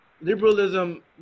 liberalism